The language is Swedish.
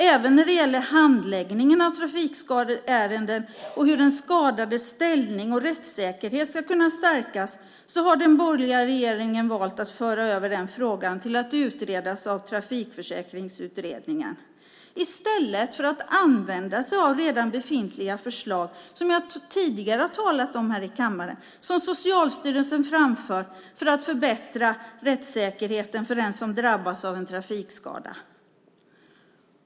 Även frågan om handläggningen av trafikskadeärenden och hur den skadades ställning och rättssäkerhet ska kunna stärkas har den borgerliga regeringen valt att föra över till att utredas av Trafikförsäkringsutredningen i stället för att man använder sig av redan befintliga förslag som jag tidigare har talat om här i kammaren, som Socialstyrelsen har framfört för att förbättra rättssäkerheten för den som drabbas av en trafikskada.